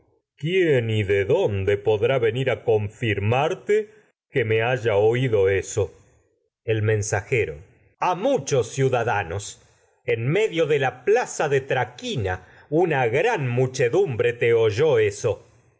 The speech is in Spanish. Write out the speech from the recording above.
quién que me y de dónde podrá venir el de la confirmarte haya oído eso en medio mensajero a muchos ciudadanos plaza de traquina una gran muchedumbre te oyó eso